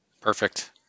Perfect